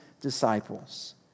disciples